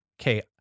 okay